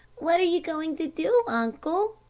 what are you going to do, uncle?